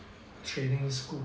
training school